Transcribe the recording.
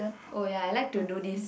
oh ya I like to do this